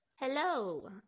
Hello